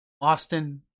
Austin